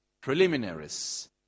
preliminaries